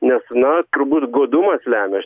nes na turbūt godumas lemia